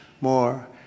more